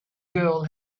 girl